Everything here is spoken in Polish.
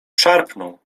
szarpną